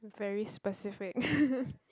very specific